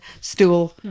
stool